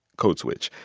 code switch.